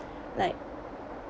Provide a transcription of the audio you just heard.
like